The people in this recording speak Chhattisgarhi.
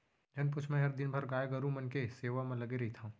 झन पूछ मैंहर दिन भर गाय गरू मन के सेवा म लगे रइथँव